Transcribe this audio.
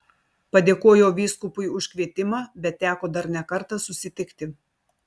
padėkojau vyskupui už kvietimą bet teko dar ne kartą susitikti